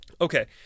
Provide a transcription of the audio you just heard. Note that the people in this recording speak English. Okay